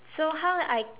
so how did I